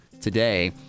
today